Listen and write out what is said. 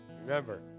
Remember